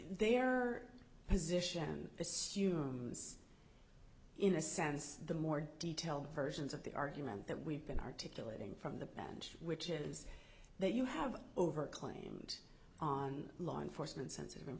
their position it's in a sense the more detail versions of the argument that we've been articulating from the bench which is that you have over claimed on law enforcement sensitive